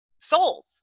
sold